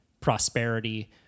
prosperity